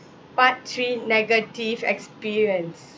part three negative experience